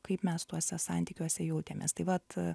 kaip mes tuose santykiuose jautėmės tai vat